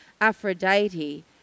Aphrodite